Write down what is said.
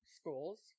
schools